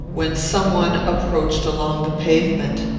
when some one approached along the pavement.